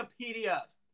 Wikipedia